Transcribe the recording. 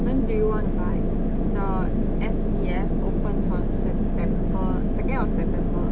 when do you want buy the S_B_F opens on september second of september